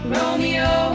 Romeo